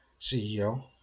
CEO